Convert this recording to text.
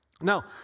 now